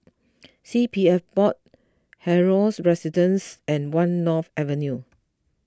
C P F Board Helios Residences and one North Avenue